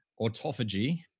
autophagy